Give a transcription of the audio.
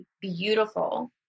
beautiful